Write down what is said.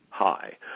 Hi